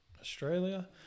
Australia